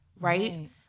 right